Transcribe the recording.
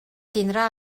tindrà